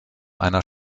einer